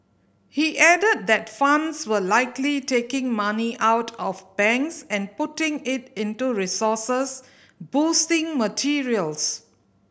he added that funds were likely taking money out of banks and putting it into resources boosting materials